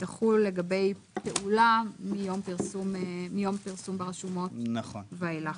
תחול לגבי פעולה מיום פרסום ברשומות ואילך.